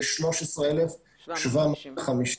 ל-13,750.